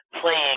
playing